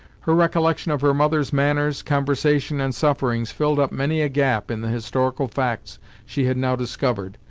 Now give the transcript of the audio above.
her recollection of her mother's manners, conversation, and sufferings filled up many a gap in the historical facts she had now discovered,